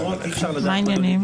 אבל אי-אפשר לדעת מה יוליד יום.